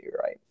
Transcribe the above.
right